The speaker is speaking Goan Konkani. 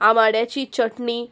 आंबाड्याची चटणी